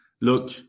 look